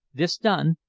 this done,